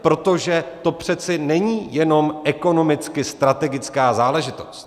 Protože to přece není jenom ekonomicky strategická záležitost.